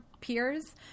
peers